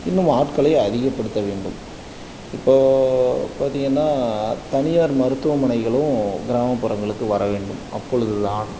இன்னும் ஆட்களை அதிகப்படுத்த வேண்டும் இப்போ பார்த்தீங்கன்னா தனியார் மருத்துவமனைகளும் கிராமப்புறங்களுக்கு வர வேண்டும் அப்பொழுதுதான்